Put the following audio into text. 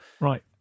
Right